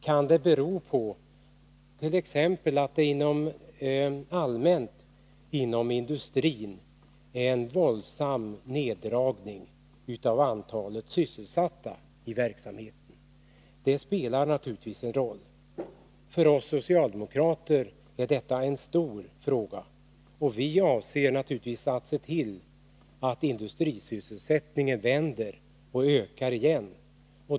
Kan det bero på att det allmänt inom industrin är en våldsam neddragning av antalet sysselsatta? Det spelar naturligtvis en roll. För oss socialdemokrater är detta en stor fråga, och vi avser att se till att industrisysselsättningen ökar igen.